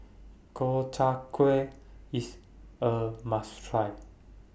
Gobchang Gui IS A must Try